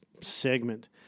segment